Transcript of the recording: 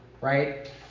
right